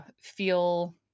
feel